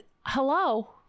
hello